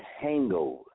Hangover